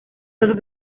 los